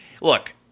look